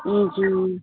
जी